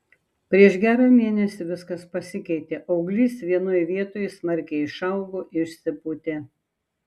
prieš gerą mėnesį viskas pasikeitė auglys vienoj vietoj smarkiai išaugo išsipūtė